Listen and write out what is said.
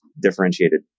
differentiated